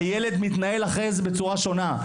הילד מתנהל אחרי זה בצורה שונה.